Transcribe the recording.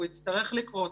שזה יצטרך לקרות,